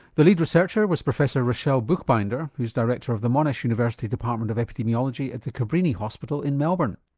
the lead researcher was professor rachelle buchbinder, who's director of the monash university department of epidemiology at the cabrini hospital in melbourne.